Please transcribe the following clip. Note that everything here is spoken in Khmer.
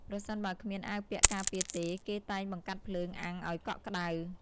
ប្រសិនបើគ្មានអាវពាក់ការពារទេ គេតែងបង្កាត់ភ្លើងអាំងឲ្យកក់ក្ដៅ ។